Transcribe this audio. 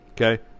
Okay